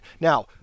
Now